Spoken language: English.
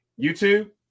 YouTube